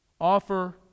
offer